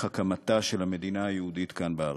הקמתה של המדינה היהודית כאן בארץ.